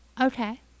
Okay